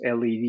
LED